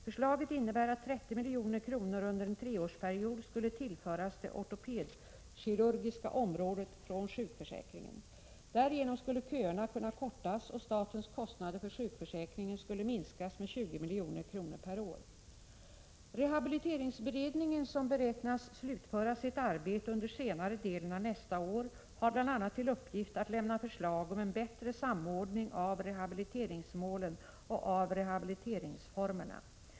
Förslaget innebär att 30 milj.kr. under en treårsperiod skulle tillföras det ortopedkirurgiska området från sjukförsäkringen. Därigenom skulle köerna kunna kortas och statens kostnader för sjukförsäkringen skulle minskas med 20 milj.kr. per år. Rehabiliteringsberedningen, som beräknas slutföra sitt arbete under senare delen av nästa år, har bl.a. till uppgift att lämna förslag om en bättre samordning av rehabiliteringsmålen och av rehabiliteringsformerna.